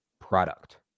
product